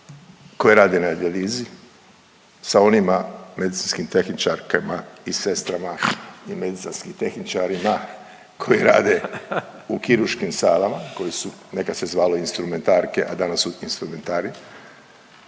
koje rade na dijalizi, sa onima medicinskim tehničarkama i sestrama i medicinskim tehničarima koji rade u kirurškim salama koji su, nekad se zvalo instrumentarke, a danas su instrumentari,